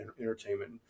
entertainment